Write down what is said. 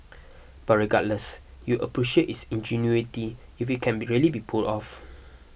but regardless you appreciate its ingenuity if it can really be pulled off